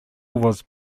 was